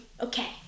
Okay